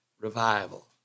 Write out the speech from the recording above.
revival